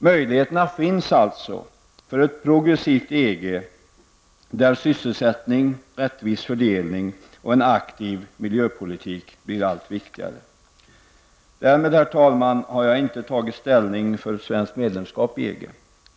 Möjligheter finns alltså för ett progressivt EG där sysselsättning, rättvis fördelning och en aktiv miljöpolitik blir allt viktigare. Därmed har jag, herr talman, inte tagit ställning för ett svenskt medlemskap i EG.